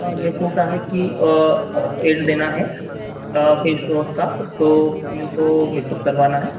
मेरे को क्या है कि एड देना है फेसवास का तो मेरे को मेकअप करवाना है